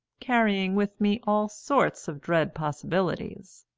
carrying with me all sorts of dread possibilities.